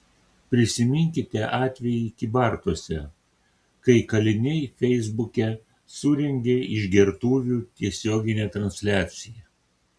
prisiminkite atvejį kybartuose kai kaliniai feisbuke surengė išgertuvių tiesioginę transliaciją